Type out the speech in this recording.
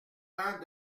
laurent